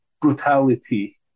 brutality